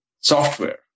software